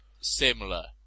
similar